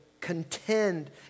contend